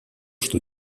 что